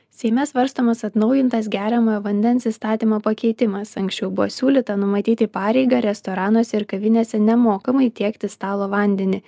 seime svarstomas atnaujintas geriamojo vandens įstatymo pakeitimas anksčiau buvo siūlyta numatyti pareigą restoranuose ir kavinėse nemokamai tiekti stalo vandenį